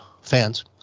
fans